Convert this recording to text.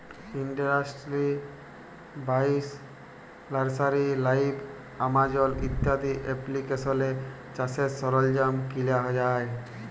industry বাইশ, nursery live, Amazon ইত্যাদি এপ্লিকেশলে চাষের সরল্জাম কিলা যায়